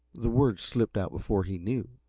the words slipped out before he knew.